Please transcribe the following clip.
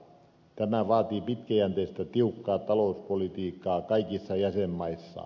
tämä vaatii pitkäjänteistä tiukkaa talouspolitiikkaa kaikissa jäsenmaissa